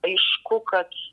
aišku kad